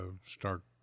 start